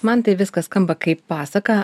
man tai viskas skamba kaip pasaka